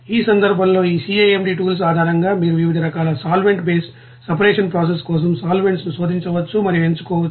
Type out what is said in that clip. ఆ సందర్భంలో ఈ CAMD టూల్స్ ఆధారంగా మీరు వివిధ రకాల సాల్వెంట్ బేస్డ్ సెపరేషన్ ప్రాసెసస్ కోసం సోలవెంట్స్ ను శోధించవచ్చు మరియు ఎంచుకోవచ్చు